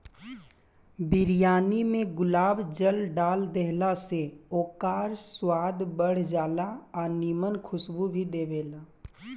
बिरयानी में गुलाब जल डाल देहला से ओकर स्वाद बढ़ जाला आ निमन खुशबू भी देबेला